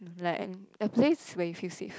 like a place where you feel safe